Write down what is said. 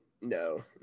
No